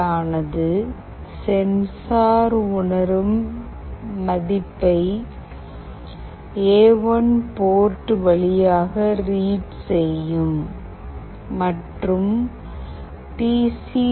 read code ஆனது sensor உணரும் மதிப்பை எ1 போர்ட் வழியாக ரீட் செய்யும் மற்றும் பி சி